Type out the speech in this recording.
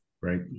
Right